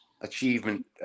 achievement